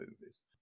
movies